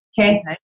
Okay